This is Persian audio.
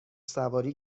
سواری